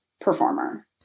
performer